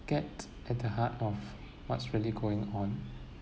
get at the heart of what's really going on